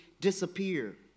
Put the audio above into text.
disappear